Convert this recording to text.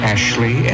Ashley